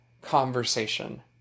conversation